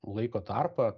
laiko tarpą